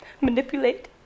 manipulate